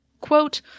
Quote